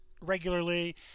regularly